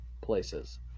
places